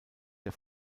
der